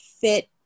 fit